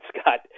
Scott